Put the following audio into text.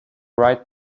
right